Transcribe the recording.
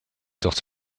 dot